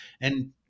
And-